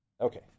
Okay